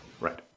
Right